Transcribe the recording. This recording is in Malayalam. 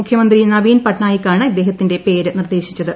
മുഖ്യമന്ത്രി നവീൻ പട്നായിക്ക് ആണ് ഇദ്ദേഹത്തിന്റെ പേര് നിർദ്ദേശിച്ചത്